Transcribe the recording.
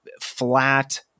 flat